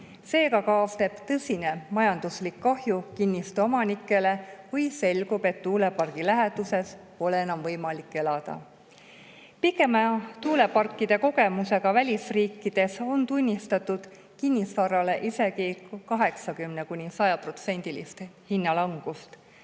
Seega kaasneb tõsine majanduslik kahju kinnistuomanikele. Või selgub, et tuulepargi läheduses pole enam võimalik elada. Pikema tuuleparkide kogemusega välisriikides on tunnistatud isegi 80–100%‑list kinnisvara